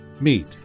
meet